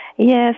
Yes